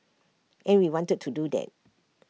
and we wanted to do that